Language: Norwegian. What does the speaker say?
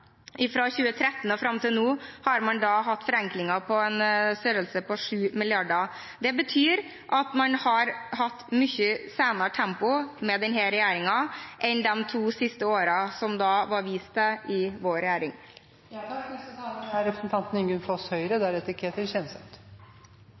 mrd. Fra 2013 og fram til nå har man hatt forenklinger av en størrelse på 7 mrd. kr. Det betyr at man har hatt et mye senere tempo med denne regjeringen enn de to siste årene, som det var vist til, med vår regjering. Representanten Odd Omland sa i